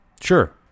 Sure